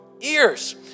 ears